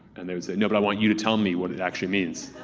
and they would say, no, but i want you to tell me what it actually means.